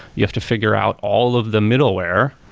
you have to figure out all of the middleware,